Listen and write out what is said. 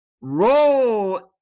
Roll